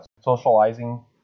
socializing